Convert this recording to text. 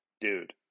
Dude